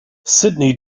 sidney